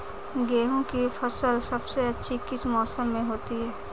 गेंहू की फसल सबसे अच्छी किस मौसम में होती है?